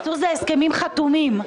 בקיצור, זה הסכמים חתומים.